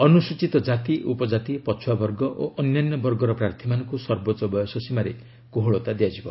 ଅନୁସୂଚୀତ ଜାତି ଉପଜାତି ପଛୁଆବର୍ଗ ଓ ଅନ୍ୟାନ୍ୟ ବର୍ଗର ପ୍ରାର୍ଥୀମାନଙ୍କୁ ସର୍ବୋଚ୍ଚ ବୟସସୀମାରେ କୋହଳତା ଦିଆଯିବ